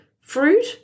fruit